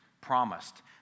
promised